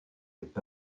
est